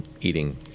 eating